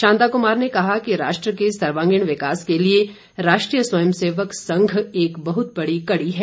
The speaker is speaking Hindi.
शांता कुमार ने कहा कि राष्ट्र के सर्वागिण विकास के लिए राष्ट्रीय स्वयं सेवक संघ एक बहुत बड़ी कड़ी है